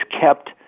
kept